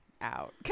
out